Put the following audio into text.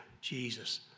Jesus